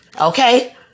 okay